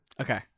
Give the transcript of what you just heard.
Okay